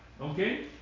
Okay